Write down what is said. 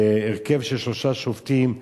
בהרכב של שלושה שופטים,